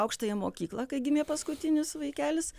aukštąją mokyklą kai gimė paskutinis vaikelis